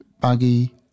buggy